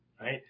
right